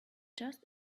just